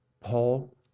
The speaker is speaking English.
Paul